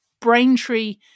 Braintree